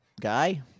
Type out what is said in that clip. guy